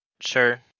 sure